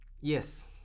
Yes